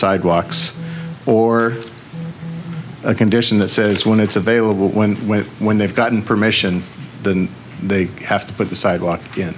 sidewalks or a condition that says when it's available when when when they've gotten permission then they have to put the sidewalk in